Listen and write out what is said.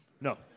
No